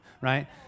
right